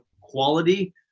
quality